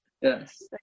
Yes